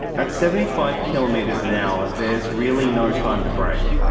at seventy five kilometres an hour, there's really no time to brake.